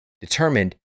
determined